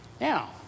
Now